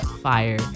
fire